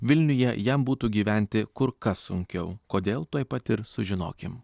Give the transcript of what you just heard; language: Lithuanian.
vilniuje jam būtų gyventi kur kas sunkiau kodėl tuoj pat ir sužinokim